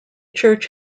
church